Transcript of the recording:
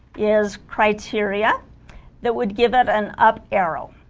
is criteria that would give it an up arrow